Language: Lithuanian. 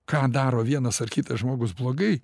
ką daro vienas ar kitas žmogus blogai